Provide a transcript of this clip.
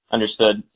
Understood